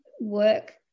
work